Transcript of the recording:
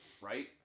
right